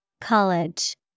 College